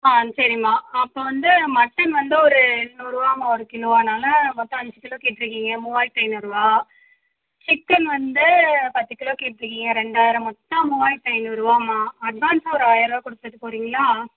ஆ சரிமா அப்போ வந்து மட்டன் வந்து ஒரு நூறுரூவாமா ஒரு கிலோ அதனால் மொத்தம் அஞ்சு கிலோ கேட்டிருக்கீங்க மூவாயிரத்து நூறுரூவா சிக்கன் வந்து பத்து கிலோ கேட்டிருக்கீங்க ரெண்டாயிரம் மொத்தம் மூவாயிரத்து நூறுெவாமா அட்வான்சாக ஒரு ஆயிரம் ரூபா கொடுத்துட்டு போகிறீங்களா